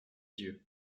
yeux